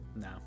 No